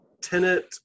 tenant